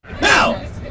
Now